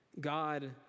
God